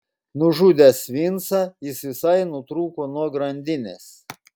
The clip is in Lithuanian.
nužudęs vincą jis visai nutrūko nuo grandinės